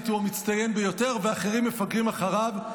יצירתית הוא המצטיין ביותר, ואחרים מפגרים אחריו.